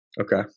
Okay